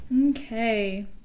Okay